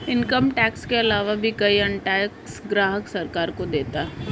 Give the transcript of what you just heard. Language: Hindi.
इनकम टैक्स के आलावा भी कई अन्य टैक्स ग्राहक सरकार को देता है